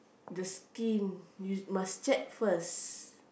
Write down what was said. the skin you must check first